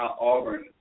Auburn